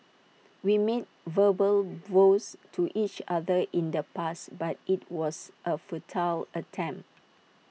we made verbal vows to each other in the past but IT was A futile attempt